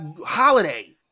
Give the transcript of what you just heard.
Holiday